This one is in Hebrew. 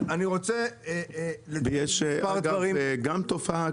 ויש אגב גם תופעה,